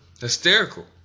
hysterical